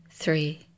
three